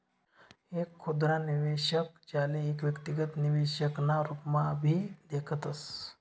एक खुदरा निवेशक, ज्याले एक व्यक्तिगत निवेशक ना रूपम्हाभी देखतस